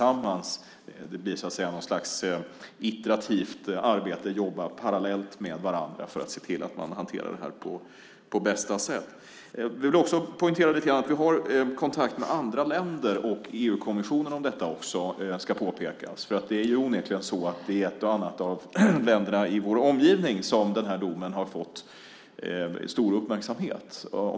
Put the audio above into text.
Det blir något slags iterativt arbete där man jobbar parallellt med varandra för att se till att man hanterar det här på bästa sätt. Jag vill poängtera lite grann att vi har kontakt också med andra länder och EU-kommissionen om detta. Det ska påpekas. Det är onekligen så att den här domen har fått stor uppmärksamhet i ett och annat av länderna i vår omgivning.